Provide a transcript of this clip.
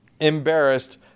Embarrassed